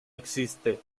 existe